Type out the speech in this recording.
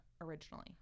originally